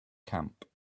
camp